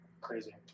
Crazy